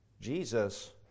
Jesus